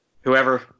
whoever